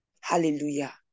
hallelujah